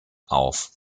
auf